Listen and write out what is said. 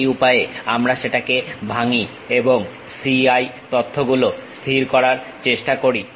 এই উপায়ে আমরা সেটাকে ভাঙ্গি এবং c i তথ্যগুলো স্থির করার চেষ্টা করি